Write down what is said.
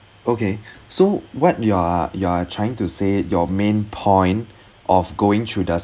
okay so what you're you're trying to say your main point of going through the